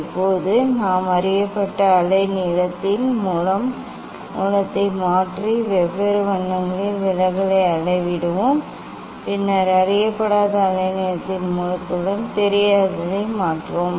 இப்போது நாம் அறியப்பட்ட அலை நீளத்தின் மூலத்தை மாற்றி வெவ்வேறு வண்ணங்களின் விலகலை அளவிடுவோம் பின்னர் அறியப்படாத அலை நீளத்தின் மூலத்துடன் தெரியாததை மாற்றுவோம்